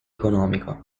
economico